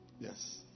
Yes